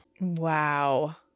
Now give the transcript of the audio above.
Wow